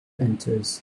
enters